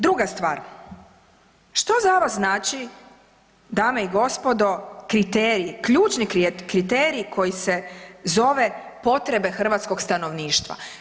Druga stvar, što za vas znači, dame i gospodo, kriterij, ključni kriterij koji se zove „potrebe hrvatskog stanovništva“